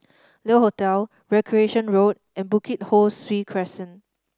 Le Hotel Recreation Road and Bukit Ho Swee Crescent